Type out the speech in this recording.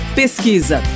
pesquisa